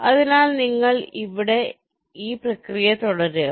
അതിനാൽ നിങ്ങൾ ഇവിടെ നിന്ന് പ്രക്രിയ തുടരുക